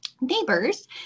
neighbors